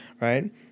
right